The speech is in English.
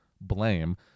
blame